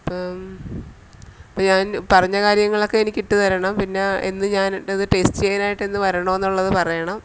അപ്പോള് അപ്പോള് ഞാൻ പറഞ്ഞ കാര്യങ്ങളൊക്കെ എനിക്കിട്ടു തരണം പിന്നെ എന്ന് ഞാനെന്റത് ടേയ്സ്റ്റ് ചെയ്യാനായിട്ടെന്ന് വരണമെന്നുള്ളത് പറയണം